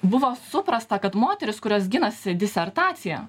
buvo suprasta kad moterys kurios ginasi disertaciją